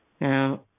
Now